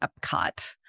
Epcot